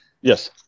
yes